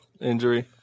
injury